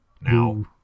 Now